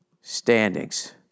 standings